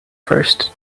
first